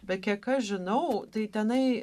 bet kiek aš žinau tai tenai